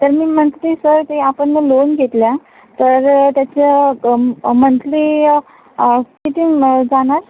तर मी monthly sir ते आपण मग लोन घेतल्या तर अ त्याचं मंथली किती होणार जाणार